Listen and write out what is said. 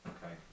Okay